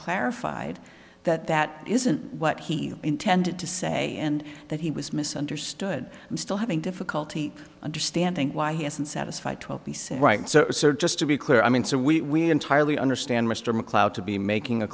clarified that that isn't what he intended to say and that he was misunderstood i'm still having difficulty understanding why he hasn't satisfied twelve he said right so just to be clear i mean so we entirely understand mr macleod to be making a